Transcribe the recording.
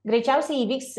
greičiausiai įvyks